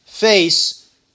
face